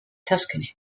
tuscany